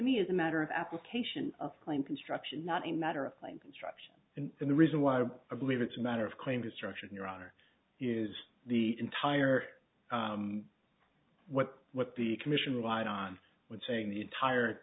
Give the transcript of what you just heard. me is a matter of application of plain construction not a matter of plain construction and the reason why i believe it's a matter of claim destruction your honor is the entire what what the commission relied on when saying the entire